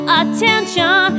attention